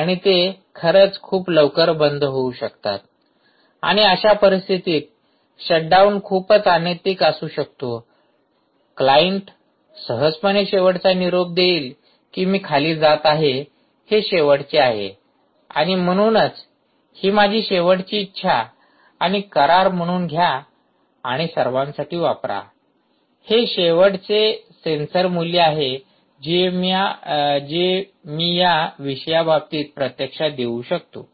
आणि ते खरंच खूप लवकर बंद होऊ शकतात आणि अशा परिस्थितीत शटडाऊन खूपच अनैतिक असू शकतो क्लाइंट सहजपणे शेवटचा निरोप देईल की मी खाली जात आहे हे शेवटचे आहे आणि म्हणूनच ही माझी शेवटची इच्छा आणि करार म्हणून घ्या आणि सर्वांसाठी हे वापरा हे शेवटचे सेन्सर मूल्य आहे जे मी या विषयाबाबतीत प्रत्यक्षात देऊ शकतो